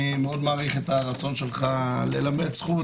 אני מעריך את הרצון שלך ללמד זכות,